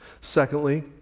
Secondly